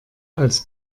als